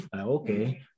okay